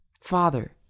Father